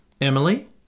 Emily